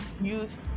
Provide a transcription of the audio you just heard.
youth